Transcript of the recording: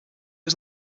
was